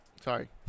sorry